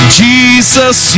jesus